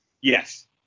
yes